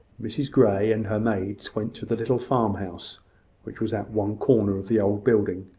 mrs grey and her maids went to the little farmhouse which was at one corner of the old building,